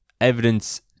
evidence